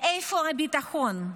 איפה הביטחון,